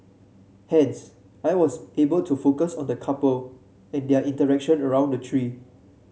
hence I was able to focus on the couple and their interaction around the tree